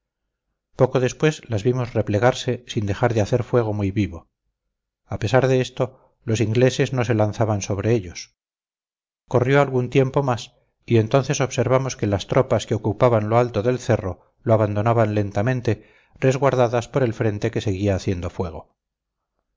poco después las vimos replegarse sin dejar de hacer fuego muy vivo a pesar de esto los ingleses no se lanzaban sobre ellos corrió algún tiempo más y entonces observamos que las tropas que ocupaban lo alto del cerro lo abandonaban lentamente resguardadas por el frente que seguía haciendo fuego